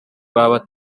baba